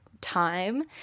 time